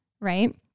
right